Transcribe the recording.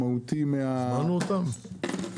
משמעותי מה --- הזמנו אותם?